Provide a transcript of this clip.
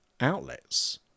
outlets